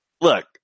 look